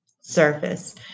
surface